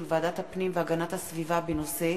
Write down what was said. ועדת הפנים והגנת הסביבה בעקבות דיון מהיר בנושא: